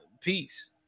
peace